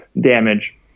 damage